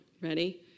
Ready